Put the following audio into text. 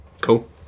Cool